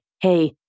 hey